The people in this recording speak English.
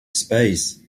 space